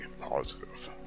positive